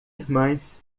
irmãs